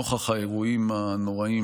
נוכח האירועים הנוראיים